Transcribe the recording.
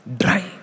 dry